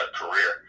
career